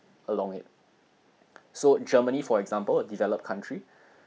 along it so germany for example a developed country